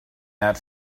that